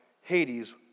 Hades